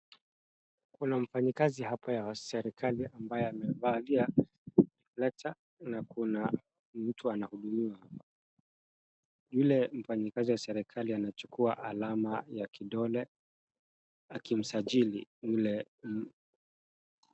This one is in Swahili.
Kuna mfanyakazi hapa ya serikali ambaye amevalia reflector na kuna mtu anahudumiwa. Yule mfanyakazi wa serikali anachukua alama ya kidole akimsajili yule